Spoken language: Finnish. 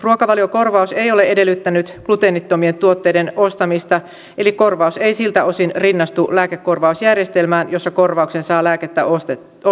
ruokavaliokorvaus ei ole edellyttänyt gluteenittomien tuotteiden ostamista eli korvaus ei siltä osin rinnastu lääkekorvausjärjestelmään jossa korvauksen saa lääkettä ostettaessa